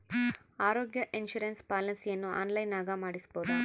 ಆರೋಗ್ಯ ಇನ್ಸುರೆನ್ಸ್ ಪಾಲಿಸಿಯನ್ನು ಆನ್ಲೈನಿನಾಗ ಮಾಡಿಸ್ಬೋದ?